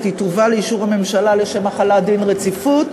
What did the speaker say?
והיא תובא לאישור הממשלה לשם החלת דין רציפות.